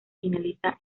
finaliza